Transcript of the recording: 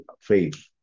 faith